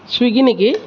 Swiggy নেকি